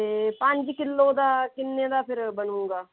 ਅਤੇ ਪੰਜ ਕਿਲੋ ਦਾ ਕਿੰਨੇ ਦਾ ਫਿਰ ਬਣੇਗਾ